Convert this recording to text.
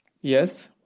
Yes